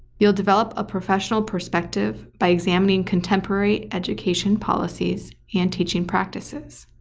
you'll develop a professional perspective by examining contemporary education policies and teaching practices